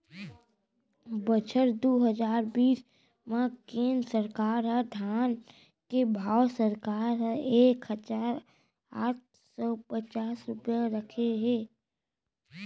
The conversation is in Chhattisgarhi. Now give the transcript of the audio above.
बछर दू हजार बीस म केंद्र सरकार ह धान के भाव सरकार ह एक हजार आठ सव पचास रूपिया राखे हे